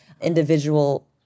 individual